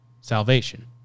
salvation